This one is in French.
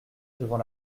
devant